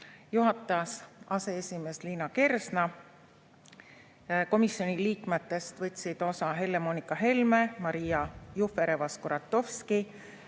Juhatas aseesimees Liina Kersna. Komisjoni liikmetest võtsid osa Helle-Moonika Helme, Maria Jufereva‑Skuratovski,